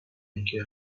اینکه